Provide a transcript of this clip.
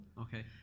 Okay